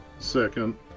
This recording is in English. second